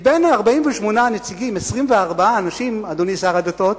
מ-48 הנציגים 24 אנשים, אדוני שר הדתות,